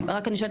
רק אני שואלת,